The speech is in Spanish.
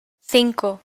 cinco